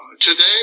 Today